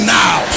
now